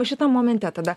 šitam momente tada